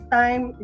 time